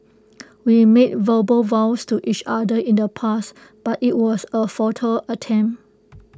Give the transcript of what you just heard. we made verbal vows to each other in the past but IT was A futile attempt